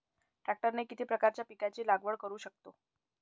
ट्रॅक्टरने किती प्रकारच्या पिकाची लागवड करु शकतो?